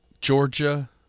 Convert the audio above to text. georgia